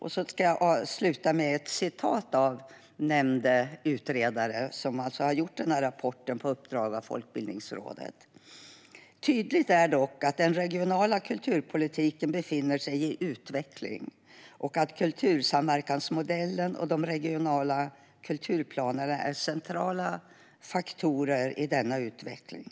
Jag vill avsluta med ett citat av nämnde utredare, som alltså har skrivit rapporten på uppdrag av Folkbildningsrådet. Han skriver att "den regionala kulturpolitiken befinner sig i utveckling och att kultursamverkansmodellen och de regionala kulturplanerna är centrala faktorer i denna utveckling".